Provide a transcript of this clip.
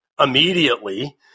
immediately